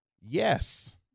Yes